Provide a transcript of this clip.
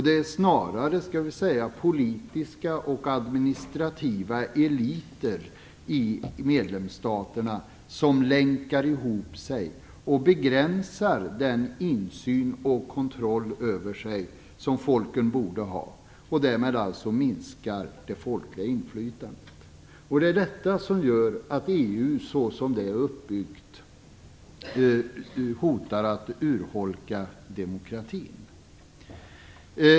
Det är snarare politiska och administrativa eliter i medlemsstaterna som länkar ihop sig och begränsar den insyn och kontroll som folken borde ha, och därmed minskar det folkliga inflytandet. Det är detta som gör att EU så som det är uppbyggt hotar att urholka demokratin.